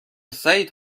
سعید